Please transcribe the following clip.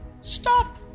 stop